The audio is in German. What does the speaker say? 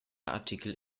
artikel